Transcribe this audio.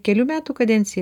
kelių metų kadencija